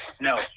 no